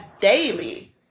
daily